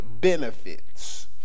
benefits